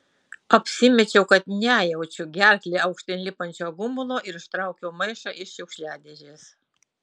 apsimečiau kad nejaučiu gerkle aukštyn lipančio gumulo ir ištraukiau maišą iš šiukšliadėžės